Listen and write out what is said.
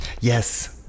Yes